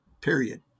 period